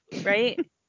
Right